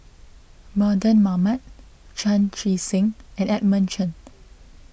Mardan Mamat Chan Chee Seng and Edmund Chen